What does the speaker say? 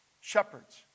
Shepherds